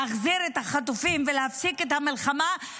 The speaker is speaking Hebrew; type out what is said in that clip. להחזיר את החטופים ולהפסיק את המלחמה.